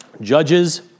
Judges